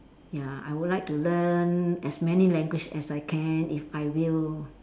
ya I would like to learn as many language as I can if I will